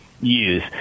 use